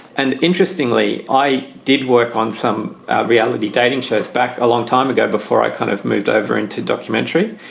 and interestingly, i did work on some reality dating shows back a long time ago before i kind of moved over into documentary.